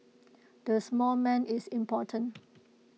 the small man is important